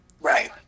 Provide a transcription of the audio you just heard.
right